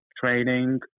training